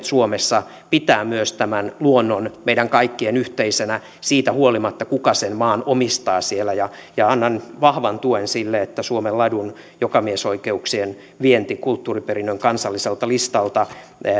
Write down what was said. suomessa pitää myös tämän luonnon meidän kaikkien yhteisenä siitä huolimatta kuka sen maan omistaa ja ja annan vahvan tuen sille että suomen ladun jokamiesoikeuksien vienti kulttuuriperinnön kansalliselta listalta